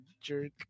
jerk